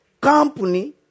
company